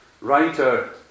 writer